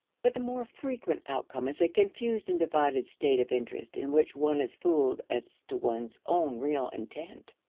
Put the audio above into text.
but the more frequent outcome is a confused and divided state of interest in which one is fooled as to one's own real intent.